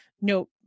no